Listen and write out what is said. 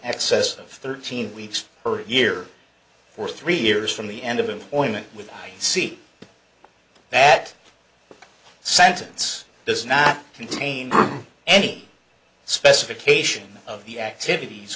excess of thirteen weeks per year for three years from the end of employment we see that sentence does not contain any specification of the activities